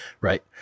Right